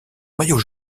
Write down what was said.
maillot